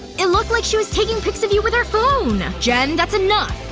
it looked like she was taking pics of you with her phone! ah jen, that's enough.